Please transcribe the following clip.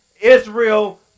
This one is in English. Israel